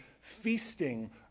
feasting